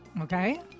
Okay